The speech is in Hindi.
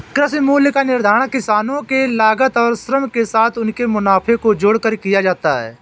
कृषि मूल्य का निर्धारण किसानों के लागत और श्रम के साथ उनके मुनाफे को जोड़कर किया जाता है